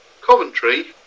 Coventry